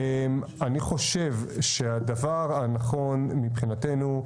אני חושב שהדבר הנכון מבחינתנו,